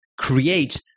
create